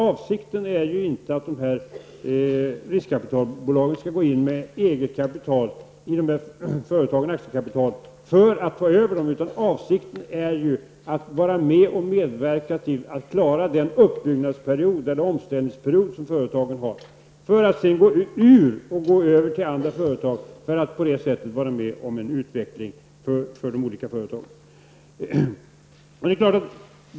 Avsikten är inte att riskkapitalbolagen skall gå in med eget kapital, aktiekapital, i företagen för att ta över dem. Avsikten är att medverka att klara företagens uppbyggnads eller omställningsperiod. Sedan skall riskkapitalbolagen gå ur och gå över till andra företag för att på det sättet vara med om en utveckling för de olika företagen.